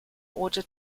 order